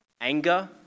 Anger